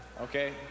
okay